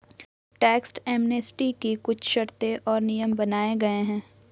tax amnesty की कुछ शर्तें और नियम बनाये गये हैं